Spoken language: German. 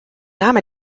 name